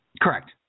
Correct